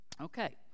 Okay